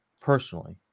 personally